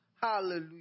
Hallelujah